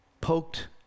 poked